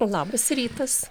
labas rytas